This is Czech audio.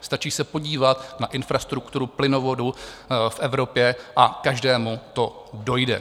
Stačí se podívat na infrastrukturu plynovodů v Evropě a každému to dojde.